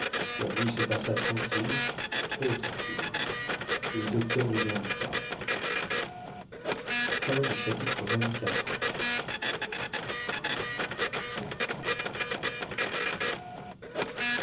la nuit se passa tranquille trop tranquille le docteur ne dormit pas chapitre